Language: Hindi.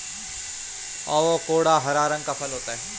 एवोकाडो हरा रंग का फल होता है